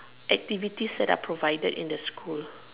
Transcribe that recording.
activities that are provided in the school